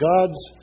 God's